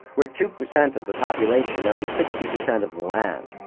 where two percent of the population owned sixty percent of the land,